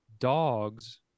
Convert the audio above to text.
dogs